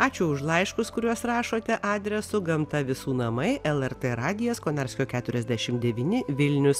ačiū už laiškus kuriuos rašote adresu gamta visų namai lrt radijas konarskio keturiasdešim devyni vilnius